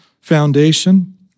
foundation